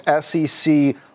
SEC